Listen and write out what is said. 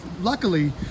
luckily